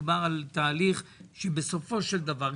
מדובר על תהליך שבסופו של דבר,